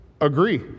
Agree